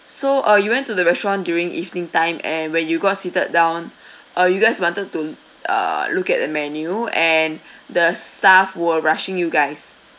so uh you went to the restaurant during evening time and when you got seated down uh you guys wanted to l~ uh look at the menu and the staff were rushing you guys